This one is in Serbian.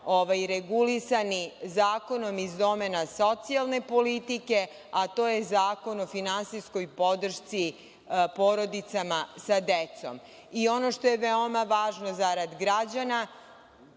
regulisani zakonom iz domena socijalne politike, a to je Zakon o finansijskoj podršci porodicama sa decom.I, ono što je veoma važno zarad građana